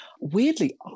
weirdly